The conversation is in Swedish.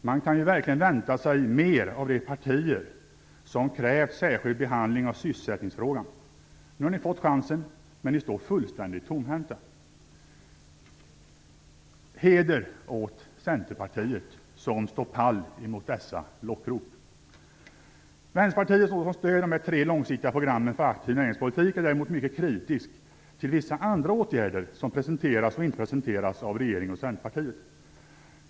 Man kan verkligen vänta sig mer av de partier som krävt en särskild behandling av sysselsättningsfrågan. Nu har ni fått chansen, men ni står fullständigt tomhänta. Heder åt Centerpartiet som står pall mot dessa lockrop! Vänsterpartiet som stöder de tre långsiktiga programmen för en aktiv näringspolitik är däremot mycket kritiskt till vissa andra åtgärder som presenteras eller inte presenteras av regeringen och Centerpartiet.